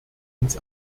ins